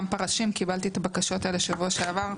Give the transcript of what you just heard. קיבלתי את הבקשות האלה בשבוע שעבר.